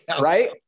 right